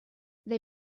they